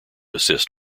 assist